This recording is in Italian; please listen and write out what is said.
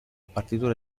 partitura